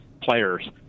players